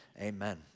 amen